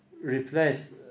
replace